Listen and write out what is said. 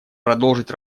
продолжить